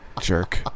Jerk